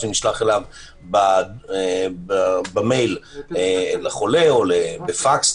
שנשלח לחולה במייל או בפקס,